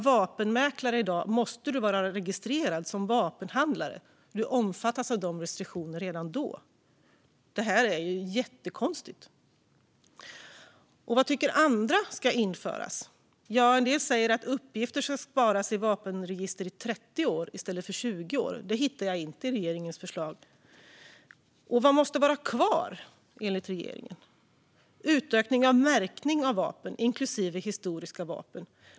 Vapenmäklare måste i dag vara registrerade som vapenhandlare, så de omfattas redan av dessa restriktioner. Vad tycker andra ska införas? En del tycker att uppgifter ska sparas i vapenregistret i 30 år i stället för 20 år. Det hittar jag inte i regeringens förslag. Vad måste vara kvar enligt regeringen? Utökning av märkning av vapen, inklusive historiska vapen.